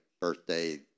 birthday